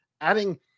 Adding